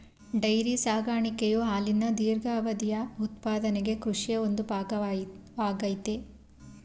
dairy ಸಾಕಾಣಿಕೆಯು ಹಾಲಿನ ದೀರ್ಘಾವಧಿಯ ಉತ್ಪಾದನೆಗೆ ಕೃಷಿಯ ಒಂದು ವರ್ಗವಾಗಯ್ತೆ